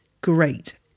great